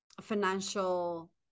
financial